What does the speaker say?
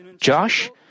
Josh